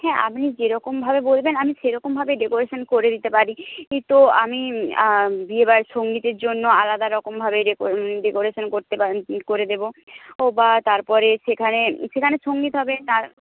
হ্যাঁ আপনি যেরকমভাবে বলবেন আমি সেরকমভাবে ডেকোরেশান করে দিতে পারি তো আমি বিয়েবাড়ি সঙ্গীতের জন্য আলাদারকমভাবে ডেকোরেশান করতে পারি করে দেবো ও বা সেখানে সেখানে সঙ্গীত হবে তার